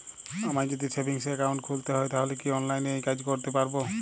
আমায় যদি savings account খুলতে হয় তাহলে কি অনলাইনে এই কাজ করতে পারবো?